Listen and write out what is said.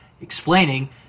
explaining